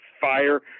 fire